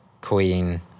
Queen